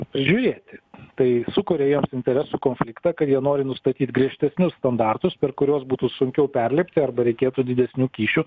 prižiūrėti tai sukuria jiems interesų konfliktą kad jie nori nustatyt griežtesnius standartus per kuriuos būtų sunkiau perlipti arba reikėtų didesnių kyšių